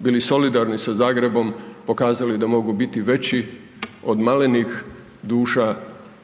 bili solidarni sa Zagrebom pokazali da mogu biti veći od malenih duša